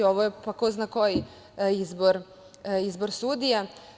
Ovo je ko zna koji izbor sudija.